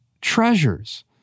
treasures